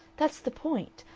that's the point.